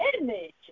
image